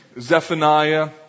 Zephaniah